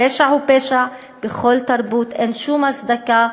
הפשע הוא פשע בכל תרבות, ואין שום הצדקה.